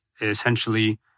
essentially